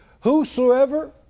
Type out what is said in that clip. Whosoever